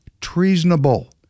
treasonable